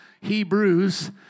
Hebrews